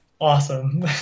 Awesome